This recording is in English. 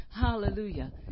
Hallelujah